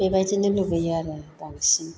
बेबायदिनो लुबैयो आरो बांसिन